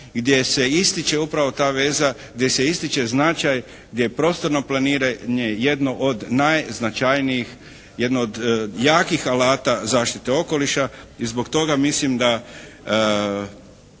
gdje se ističe upravo ta veza, gdje se ističe značaj, gdje je prostorno planiranje jednog od najznačajnijih, jedno od jakih alata zaštite okoliša i zbog toga mislim da